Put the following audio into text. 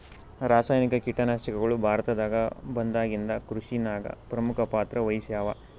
ರಾಸಾಯನಿಕ ಕೀಟನಾಶಕಗಳು ಭಾರತದಾಗ ಬಂದಾಗಿಂದ ಕೃಷಿನಾಗ ಪ್ರಮುಖ ಪಾತ್ರ ವಹಿಸ್ಯಾವ